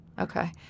okay